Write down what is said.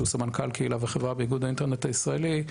סמנכ"ל קהילה וחברה באיגוד האינטרנט הישראלי,